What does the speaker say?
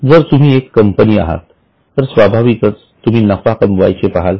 जर तुम्ही एक कंपनी आहात तर स्वाभाविकच तुम्ही नफा कमवायचे पहाल